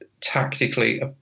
tactically